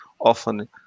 often